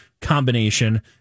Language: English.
combination